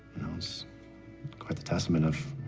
know, it's quite the testament of,